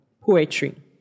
poetry